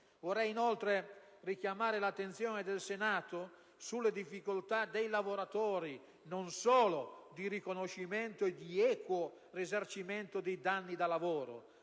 Vorrei inoltre richiamare l'attenzione del Senato sulle difficoltà che incontrano i lavoratori, non solo rispetto al riconoscimento ed equo risarcimento dei danni da lavoro,